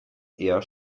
eher